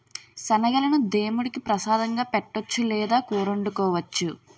శనగలను దేముడికి ప్రసాదంగా పెట్టొచ్చు లేదా కూరొండుకోవచ్చు